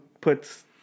puts